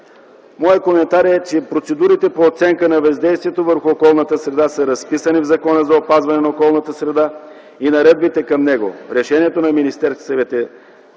Моят коментар е, че процедурите по оценка на въздействието върху околната среда са разписани в Закона за опазване на околната среда и наредбите към него. Решението на Министерския съвет е